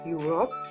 Europe